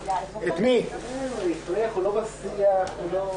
על חשיבות השמירה על יציבות והימנעות